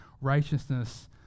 righteousness